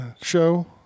show